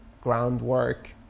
groundwork